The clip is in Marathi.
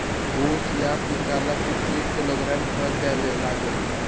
ऊस या पिकाला किती किलोग्रॅम खत द्यावे लागेल?